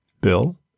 bill